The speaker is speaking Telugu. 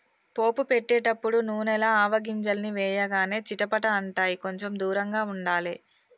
పోపు పెట్టేటపుడు నూనెల ఆవగింజల్ని వేయగానే చిటపట అంటాయ్, కొంచెం దూరంగా ఉండాలే